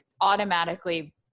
automatically